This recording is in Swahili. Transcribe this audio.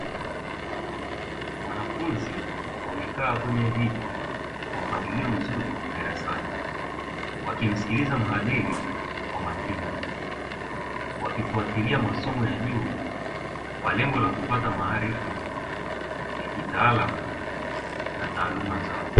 Wanafunzi wamekaa kwenye viti kwa mpangilio mzuri darasani, wakimsikiliza mhadhiri kwa makini wakifuatilia masomo ya juu kwa lengo la kupata maarifa ya kitaaluma na taaluma zao.